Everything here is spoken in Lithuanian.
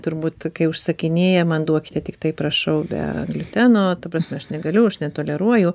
turbūt kai užsakinėja man duokite tiktai prašau be gliuteno ta prasme aš negaliu aš netoleruoju